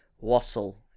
Wassel